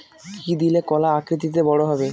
কি দিলে কলা আকৃতিতে বড় হবে?